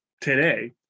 today